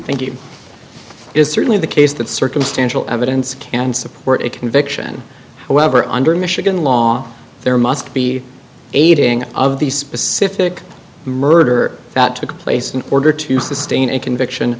is certainly the case that circumstantial evidence can support a conviction however under michigan law there must be aiding of these specific murder that took place in order to sustain a conviction